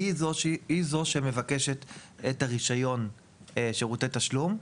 היא זו שמבקשת את הרישיון לשירותי תשלום.